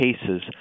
cases